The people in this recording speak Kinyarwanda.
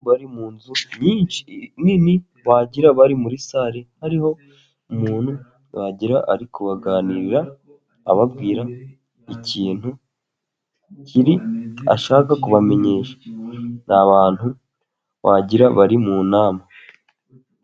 Bari mu nzu nyinshi nini, wagira ngo bari muri sale, hariho umuntu wagira ngo arikubaganiza, ababwira ikintu kibi ashaka kubamenyesha, ni abantu wagira ngo bari mu nama.